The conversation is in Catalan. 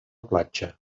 platja